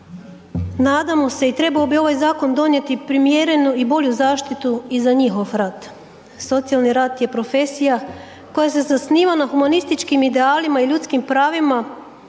nadamo se i trebao bi ovaj zakon donijeti primjerenu i bolju zaštitu i za njihov rad. Socijalni rad je profesija koja se zasniva na humanističkim idealima i ljudskim pravima